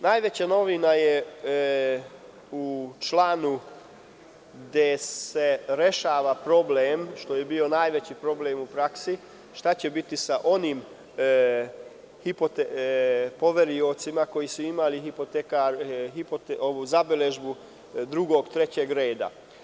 Najveća novina je u članu, gde se rešava problem, što je bio najveći problem u praksi, šta će biti sa onim poveriocima koji su imali zabeležbu drugog, trećeg reda.